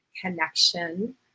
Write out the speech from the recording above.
connection